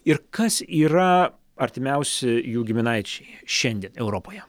ir kas yra artimiausi jų giminaičiai šiandien europoje